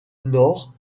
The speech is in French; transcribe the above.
nord